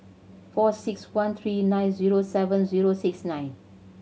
four six one three nine zero seven zero six nine